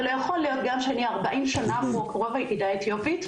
ולא יכול להיות גם שאני ארבעים שנה פה --- היחידה האתיופית.